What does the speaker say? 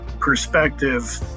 perspective